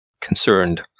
concerned